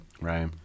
Right